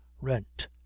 rent